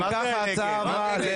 היה דיון, והוא לא הופסק.